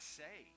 say